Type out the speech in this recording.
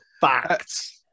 Facts